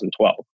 2012